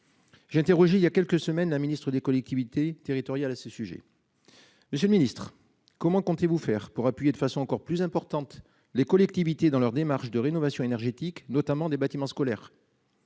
J'ai interrogé il y a quelques semaines, la ministre des collectivités territoriales à ce sujet. Monsieur le Ministre, comment comptez-vous faire pour appuyer de façon encore plus importante. Les collectivités dans leur démarche de rénovation énergétique, notamment des bâtiments scolaires.